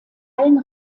allen